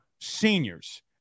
seniors